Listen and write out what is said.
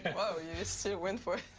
whoa, you still went for it.